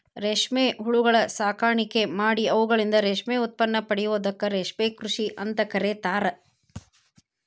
ರೇಷ್ಮೆ ಹುಳಗಳ ಸಾಕಾಣಿಕೆ ಮಾಡಿ ಅವುಗಳಿಂದ ರೇಷ್ಮೆ ಉತ್ಪನ್ನ ಪಡೆಯೋದಕ್ಕ ರೇಷ್ಮೆ ಕೃಷಿ ಅಂತ ಕರೇತಾರ